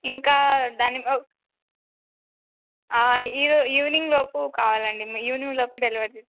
ఇంకా దాని ఈ ఈవినింగ్ లోపు కావాలండి ఈవినింగ్ లోపు డెలివరీ చే